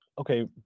Okay